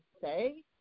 say